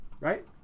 right